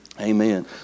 Amen